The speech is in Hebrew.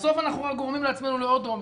בסוף, אנחנו רק גורמים לעצמנו לעוד עומס.